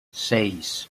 seis